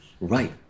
Right